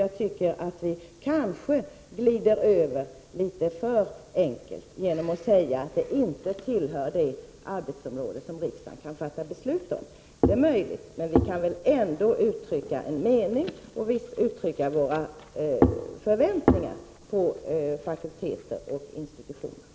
Jag tycker att vi kanske glider över det litet för enkelt genom att säga att detta inte tillhör de arbetsområden som riksdagen kan fatta beslut om. Det är möjligt. Men vi kan väl ändå uttrycka en mening och våra förväntningar på fakulteter och institutioner.